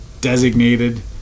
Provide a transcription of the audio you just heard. designated